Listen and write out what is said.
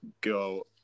go